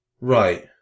right